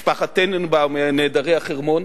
משפחת טננבאום ונעדרי החרמון,